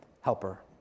helper